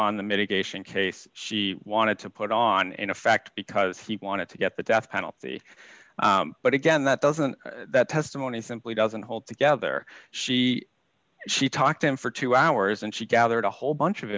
on the mitigation case she wanted to put on in effect because he wanted to get the death penalty but again that doesn't that testimony simply doesn't hold together she she talked to him for two hours and she gathered a whole bunch of